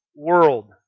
world